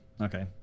Okay